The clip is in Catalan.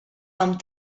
amb